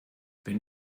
wenn